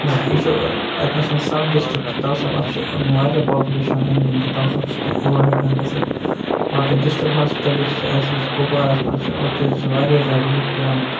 یہِ چھُ اَتِنَس سَب ڈِسٹِرک تہٕ تَوسب اَتھ چھِ واریاہ پوپلیشن چھِ أنٛدۍ أنٛدۍ تہٕ تَوسب چھِ تِم اور ہیکان گٔژھِتھ باقٕے ڈِسٹِرک ہوسپِٹَل چھِ اسہِ کُپواراہس منٛز اوٚت حظ چھِ واریاہ زیادٕ لُکھ یِوان